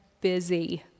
busy